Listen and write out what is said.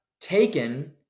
taken